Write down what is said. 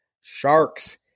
sharks